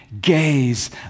gaze